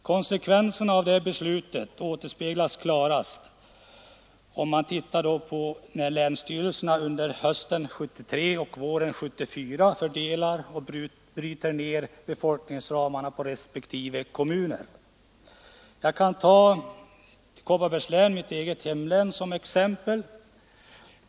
Konsekvenserna av det beslutet återspeglas klarast, när man ser hur länsstyrelserna under hösten 1973 och våren 1974 fördelat och brutit ner befolkningsramarna på respektive kommuner. Jag kan ta Kopparbergs län, mitt eget hemlän, som exempel.